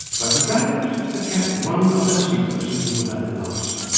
but the dragons had kept one of their secrets until the very last.